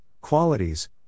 qualities